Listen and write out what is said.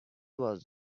was